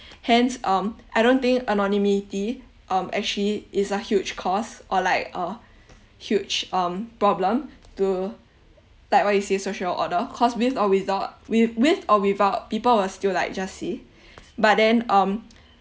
hence um I don't think anonymity um actually is a huge cost or like a huge um problem to like what you said social order cause with or without with with or without people would still like just see but then um